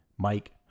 Mike